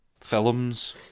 films